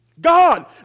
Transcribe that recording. God